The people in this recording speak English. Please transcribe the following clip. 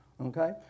okay